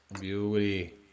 Beauty